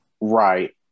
right